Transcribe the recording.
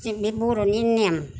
जों बे बर'नि नेम